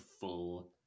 full